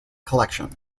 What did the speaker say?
collection